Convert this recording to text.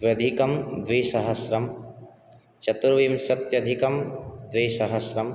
द्व्यधिकं द्विसहस्रं चतुर्विंशत्यधिकं द्विसहस्रं